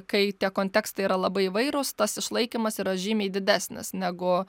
kai tie kontekstai yra labai įvairūs tas išlaikymas yra žymiai didesnis negu